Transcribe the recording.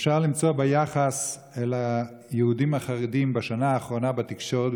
אפשר למצוא ביחס אל היהודים החרדים בשנה האחרונה בתקשורת,